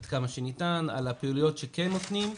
עד כמה שניתן, על הפעילויות שכן נותנים.